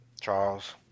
Charles